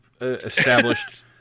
established